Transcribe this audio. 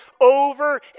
over